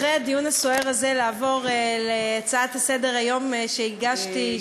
אחרי הדיון הסוער הזה לעבור להצעה לסדר-היום שהגשתי,